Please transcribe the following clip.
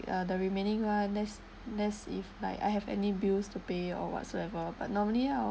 ya the remaining amount that's that's if like I have any bills to pay or whatsoever but normally I'll